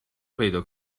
پیدا